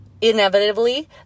inevitably